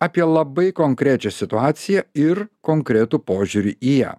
apie labai konkrečią situaciją ir konkretų požiūrį į ją